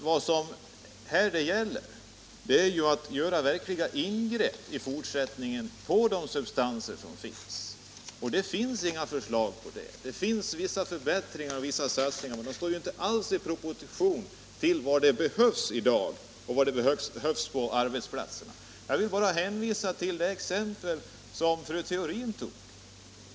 Vad frågan gäller är att i fortsättningen göra verkliga ingrepp i olika substanser, och där finns det inga förslag. De förbättringar och satsningar som föreslås står inte alls i proportion till vad som behövs på arbetsplatserna. Jag vill hänvisa till fru Theorins exempel.